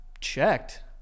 Checked